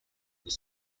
were